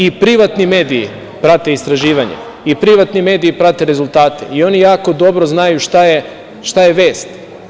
I privatni mediji prate istraživanja, i privatni mediji prate rezultate i oni jako dobro znaju šta je vest.